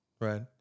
right